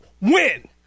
win